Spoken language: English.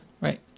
Right